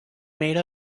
made